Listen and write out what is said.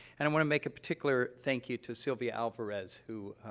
and i want to make a particular thank you to sylvia alvarez, who,